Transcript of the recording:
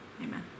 Amen